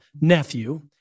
nephew